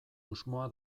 usmoa